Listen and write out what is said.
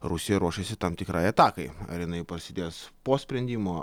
rusija ruošiasi tam tikrai atakai ar jinai prasidės po sprendimo